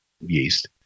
yeast